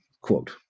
quote